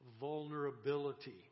vulnerability